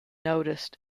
noticed